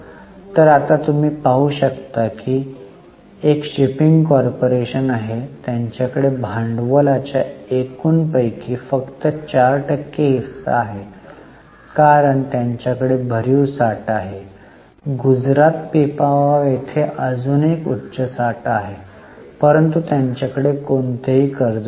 तर आता तुम्ही पाहू शकता ही एक शिपिंग कॉर्पोरेशन आहे त्यांच्याकडे भांडवलाच्या एकूण पैकी फक्त 4 टक्के हिस्सा आहे कारण त्यांच्याकडे भरीव साठा आहे गुजरात पिपवाव येथे अजून उच्च साठा आहे परंतु त्यांच्याकडे कोणतेही कर्ज नाही